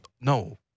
no